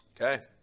Okay